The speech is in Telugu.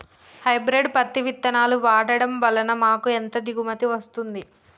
హైబ్రిడ్ పత్తి విత్తనాలు వాడడం వలన మాకు ఎంత దిగుమతి వస్తుంది?